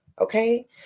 Okay